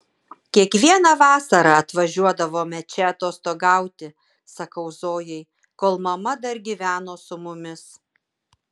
kiekvieną vasarą atvažiuodavome čia atostogauti sakau zojai kol mama dar gyveno su mumis